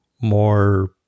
more